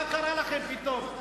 מה קרה לכם פתאום?